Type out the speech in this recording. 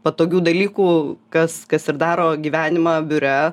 patogių dalykų kas kas ir daro gyvenimą biure